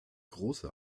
große